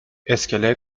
اسکله